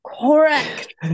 Correct